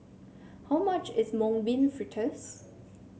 how much is Mung Bean Fritters